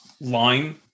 line